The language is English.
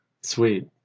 Sweet